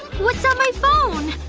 what's on my phone?